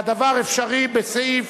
והדבר אפשרי בסעיף